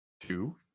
Two